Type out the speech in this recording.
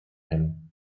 him